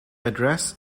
address